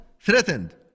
threatened